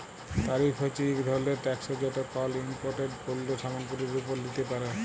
তারিফ হছে ইক ধরলের ট্যাকস যেট কল ইমপোর্টেড পল্য সামগ্গিরির উপর লিতে পারে